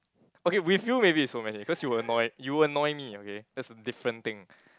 okay with you maybe it's so many cause you will annoy you will annoy me okay that's the different thing